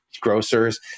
grocers